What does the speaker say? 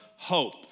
hope